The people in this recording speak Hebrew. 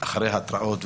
אחרי התראות.